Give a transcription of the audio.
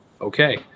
okay